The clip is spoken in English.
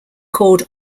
called